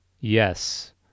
yes